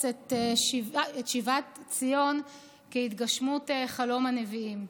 את שיבת ציון כהתגשמות חלום הנביאים,